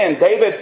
David